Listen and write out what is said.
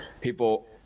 people